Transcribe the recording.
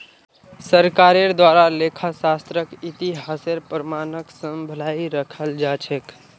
सरकारेर द्वारे लेखा शास्त्रक इतिहासेर प्रमाणक सम्भलई रखाल जा छेक